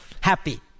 Happy